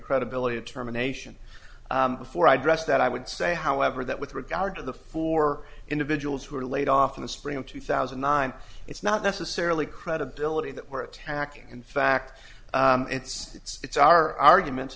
credibility of terminations before i dressed that i would say however that with regard to the four individuals who were laid off in the spring of two thousand and nine it's not necessarily credibility that we're attacking in fact it's it's our argument